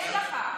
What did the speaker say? תתבייש לך.